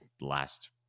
last